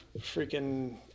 freaking